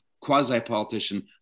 quasi-politician